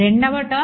రెండో టర్మ్